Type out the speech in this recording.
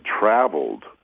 traveled